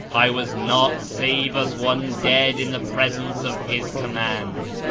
i was not save as one dead in the presence of his command,